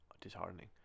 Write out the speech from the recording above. disheartening